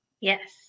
Yes